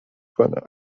کنم